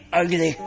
ugly